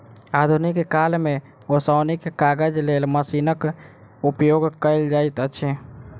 आधुनिक काल मे ओसौनीक काजक लेल मशीनक उपयोग कयल जाइत अछि